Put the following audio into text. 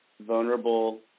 vulnerable